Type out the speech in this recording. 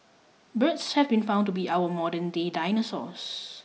birds have been found to be our modernday dinosaurs